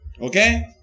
okay